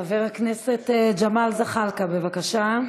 חבר הכנסת ג'מאל זחאלקה, בבקשה.